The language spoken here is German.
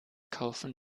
kaufen